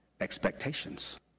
expectations